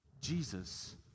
Jesus